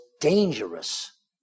dangerous